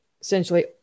essentially